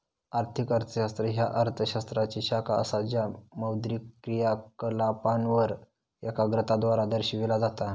आर्थिक अर्थशास्त्र ह्या अर्थ शास्त्राची शाखा असा ज्या मौद्रिक क्रियाकलापांवर एकाग्रता द्वारा दर्शविला जाता